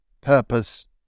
purpose